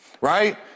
right